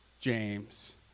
James